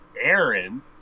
Aaron